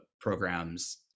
programs